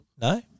no